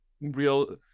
real